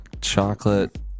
Chocolate